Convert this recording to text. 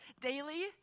daily